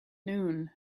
noon